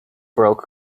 broke